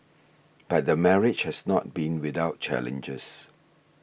but the marriage has not been without challenges